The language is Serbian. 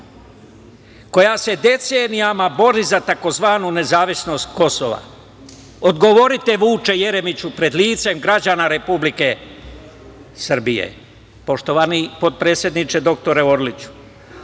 koja se decenijama bori za tzv. nezavisnost Kosova? Odgovorite, Vuče Jeremiću, pred licem građana Republike Srbije. Poštovani potpredsedniče doktore Orliću,